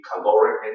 caloric